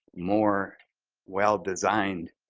more well-designed,